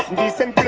decent